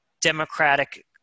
democratic